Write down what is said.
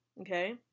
okay